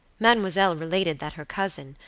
mademoiselle related that her cousin,